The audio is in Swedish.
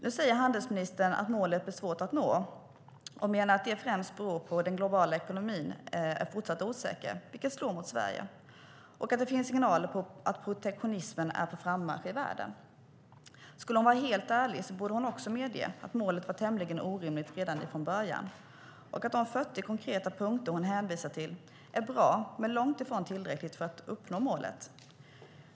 Nu säger handelsministern att målet blir svårt att nå och menar att det främst beror på att den globala ekonomin är fortsatt osäker, vilket slår mot Sverige, och att det finns signaler om att protektionismen är på frammarsch i världen. Skulle ministern vara helt ärlig borde hon också medge att målet var tämligen orimligt redan från början och att de 40 konkreta punkter som hon hänvisar till är bra men långt ifrån tillräckliga för att uppnå målet.